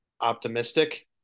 optimistic